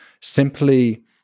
simply